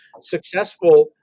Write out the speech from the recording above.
successful